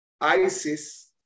ISIS